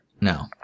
No